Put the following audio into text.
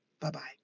Bye-bye